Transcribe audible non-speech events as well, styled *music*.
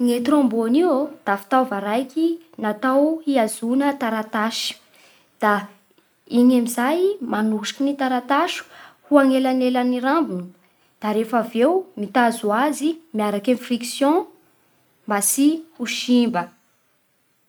I trombone io da fitaova raiky natao hihazona taratasy. Da *hesitation* igny amin'izay manosiky ny taratasy ho anelanelan'ny rambony, da refaveo mitazo azy miaraky amy friction mba tsy ho simba.